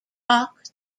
talks